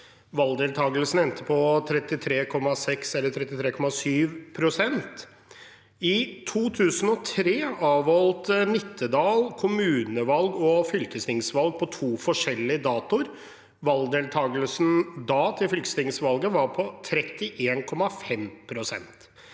Valgdeltakelsen endte på 33,6 eller 33,7 pst. I 2003 avholdt man i Nittedal kommunevalg og fylkestingsvalg på to forskjellige datoer. Valgdeltakelsen til fylkestingsvalget var da på 31,5 pst.